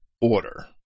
order